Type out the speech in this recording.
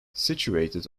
situated